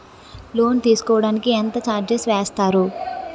Loan తీసుకోడానికి ఎంత charges వేస్తారు?